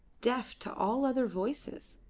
deaf to all other voices?